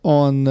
on